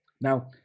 now